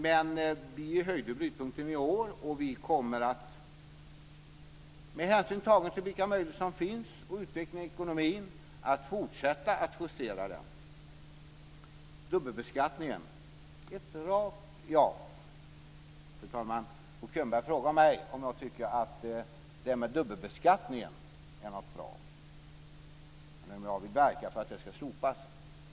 Men vi höjde brytpunkten i år, och vi kommer - med hänsyn till vilka möjligheter som finns och till utvecklingen i ekonomin - att fortsätta att justera den. På frågan om dubbelbeskattningen är mitt svar ett rakt ja. Bo Könberg frågade mig om jag tyckte att det var bra med dubbelbeskattning. Han undrade om jag vill verka för att den ska slopas.